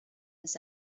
his